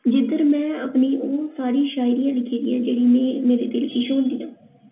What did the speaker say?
जिद्धर में अपनी ओह् सारी शायरियां लिखी दियां जेह्ड़ी मेरे दिल गी छोंह्दियां